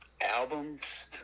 Albums